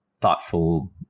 thoughtful